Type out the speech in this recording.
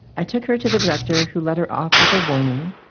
i took her to the director who let her off with a warning.